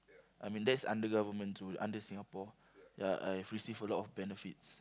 I mean that's under government's rule under Singapore ya I have receive a lot of benefits